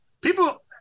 people